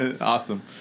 Awesome